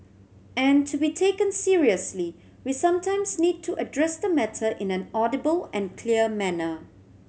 and to be taken seriously we sometimes need to address the matter in an audible and clear manner